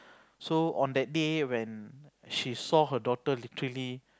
so on that day when she saw her daughter literally